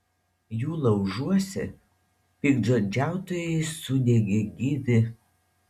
jų laužuose piktžodžiautojai sudegė gyvi